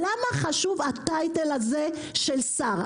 למה חשוב ה"טייטל" הזה של שר?